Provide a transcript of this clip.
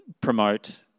promote